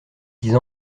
disent